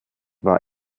war